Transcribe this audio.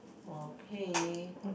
oo K